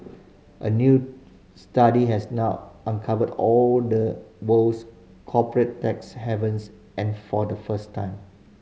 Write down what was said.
a new study has now uncovered all the world's corporate tax havens and for the first time